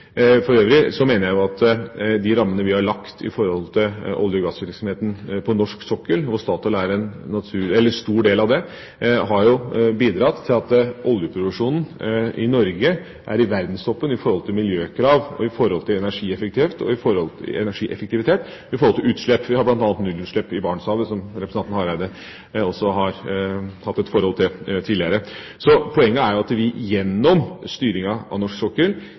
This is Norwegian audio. For øvrig mener jeg at de rammene vi har lagt for olje- og gassvirksomheten på norsk sokkel, hvor Statoil er en stor part, har bidratt til at oljeproduksjonen i Norge er i verdenstoppen når det gjelder miljøkrav, energieffektivitet og utslipp. Vi har bl.a. nullutslipp i Barentshavet, som representanten Hareide også har hatt et forhold til tidligere. Poenget er at vi gjennom styringa av norsk sokkel,